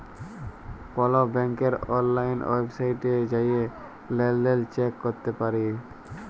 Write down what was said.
call ব্যাংকের অললাইল ওয়েবসাইটে জাঁয়ে লেলদেল চ্যাক ক্যরতে পারি